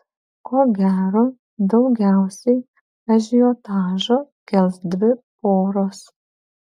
ko gero daugiausiai ažiotažo kels dvi poros